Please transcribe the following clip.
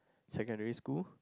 secondary school